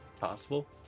Possible